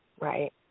right